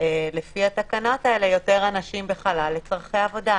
לפי התקנות האלה יותר אנשים בחלל לצורכי עבודה.